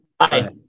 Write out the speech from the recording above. Hi